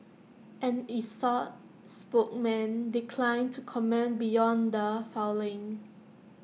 an exxon spokesman declined to comment beyond the filing